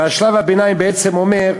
ושלב הביניים בעצם אומר: